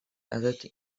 added